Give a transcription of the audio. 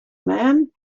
man